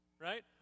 right